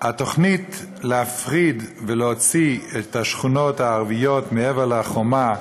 התוכנית להפריד ולהוציא את השכונות הערביות מעבר לחומה,